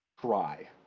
Try